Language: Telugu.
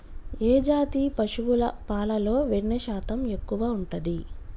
ఏ జాతి పశువుల పాలలో వెన్నె శాతం ఎక్కువ ఉంటది?